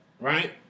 right